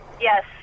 yes